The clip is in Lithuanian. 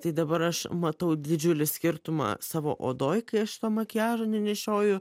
tai dabar aš matau didžiulį skirtumą savo odoj kai aš to makiažo nenešioju